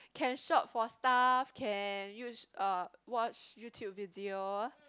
can shop for stuff can use uh watch YouTube video